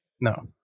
No